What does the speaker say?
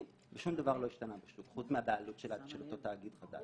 ושום דבר לא השתנה בשוק חוץ מהבעלות של אותו תאגיד חדש.